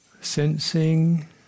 sensing